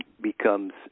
becomes